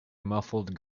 muffled